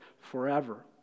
forever